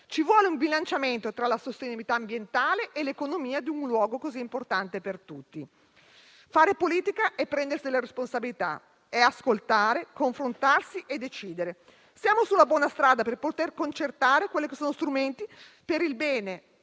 Ci vuole un bilanciamento tra la sostenibilità ambientale e l'economia di un luogo così importante per tutti. Fare politica è prendersi la responsabilità, è ascoltare, confrontarsi e decidere. Siamo sulla buona strada per poter concertare gli strumenti per il bene